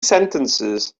sentences